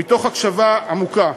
מתוך הקשבה עמוקה.